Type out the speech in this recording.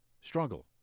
struggle